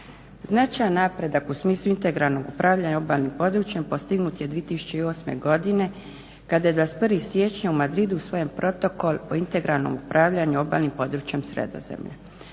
Značajan napredak u smislu integralnog upravljanja obalnim područjem postignut je 2008. godine kada je 21. siječnja u Madridu usvojen Protokol o integralnom upravljanju obalnim područjem Sredozemlja.